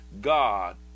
God